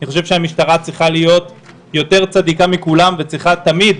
אני חושב שהמשטרה צריכה להיות יותר צדיקה מכולם וצריכה תמיד,